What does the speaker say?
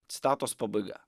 citatos pabaiga